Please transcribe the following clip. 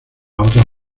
otras